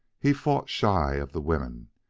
he fought shy of the women.